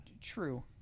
True